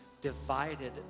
divided